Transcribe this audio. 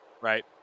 Right